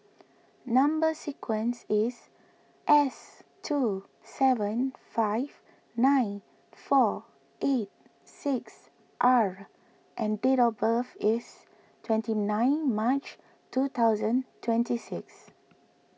Number Sequence is S two seven five nine four eight six R and date of birth is twenty ninth March two thousand twenty six